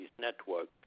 network